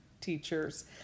teachers